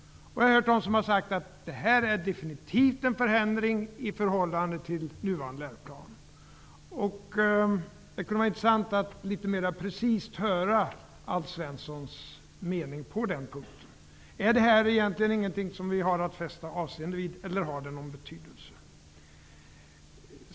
Jag har hört dem som har sagt: Det här innebär definitivt en förändring i förhållande till nuvarande läroplan. Det kunde vara intressant att litet mera precist höra Alf Svenssons mening på denna punkt. Är det egentligen ingenting att fästa avseende vid, eller har det någon betydelse?